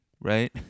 right